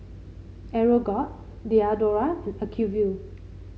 Aeroguard Diadora and Acuvue